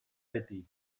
beti